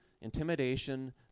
intimidation